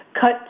cut